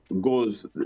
goes